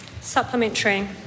Supplementary